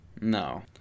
No